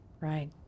Right